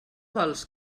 vols